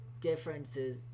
differences